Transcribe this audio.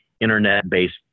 internet-based